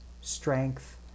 strength